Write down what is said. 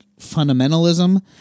fundamentalism